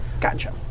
Gotcha